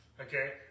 Okay